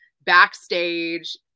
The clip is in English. backstage